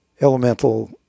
elemental